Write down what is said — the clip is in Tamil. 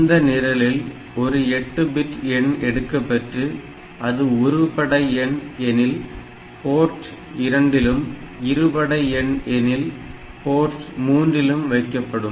இந்த நிரலில் ஒரு 8 பிட் எண் எடுக்கப் பெற்று அது ஒருபடை எண் எனில் போர்ட்டு 2 இலும் இரு படை எனில் போர்ட்டு 3 லும் வைக்கப்படும்